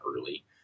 early